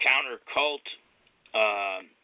counter-cult